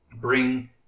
bring